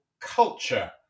culture